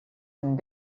and